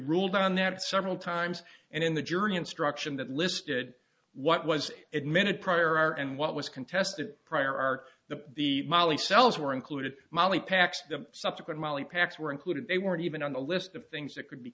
ruled on that several times and in the jury instruction that listed what was it minute prior are and what was contested prior art the the molly cells were included molly packs the subsequent molly packs were included they weren't even on the list of things that could be